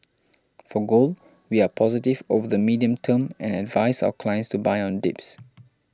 for gold we are positive over the medium term and advise our clients to buy on dips